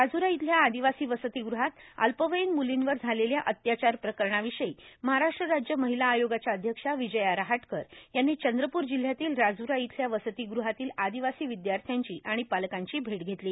राजुरा येथील आंदिवासी वर्सातगृहात अल्पवयीन मुलांवर झालेल्या अत्याचार प्रकरणाविषयी महाराष्ट्र राज्य र्माहला आयोगाच्या अध्यक्षा विजया रहाटकर यांनी चंद्रपूर जिल्ह्यातील राजुरा इथल्या वर्सातगृहातील आर्विदवासी विद्याथ्याची आर्विण पालकांची भेट घेतली